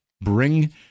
bring